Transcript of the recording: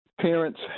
Parents